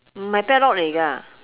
m hai padlock lei ge